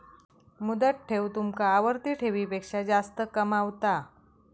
मुदत ठेव तुमका आवर्ती ठेवीपेक्षा जास्त कमावता